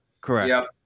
Correct